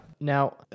Now